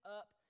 up